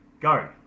go